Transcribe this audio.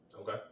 Okay